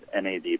NAD+